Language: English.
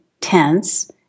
tense